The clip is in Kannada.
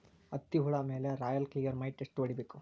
ಹತ್ತಿ ಹುಳ ಮೇಲೆ ರಾಯಲ್ ಕ್ಲಿಯರ್ ಮೈಟ್ ಎಷ್ಟ ಹೊಡಿಬೇಕು?